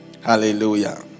Hallelujah